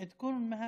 על האולימפיאדה.